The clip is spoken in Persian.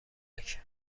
مکه